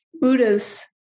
Buddha's